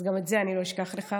אז גם את זה אני לא אשכח לך.